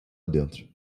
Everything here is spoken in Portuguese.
dentro